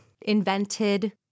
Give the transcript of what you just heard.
invented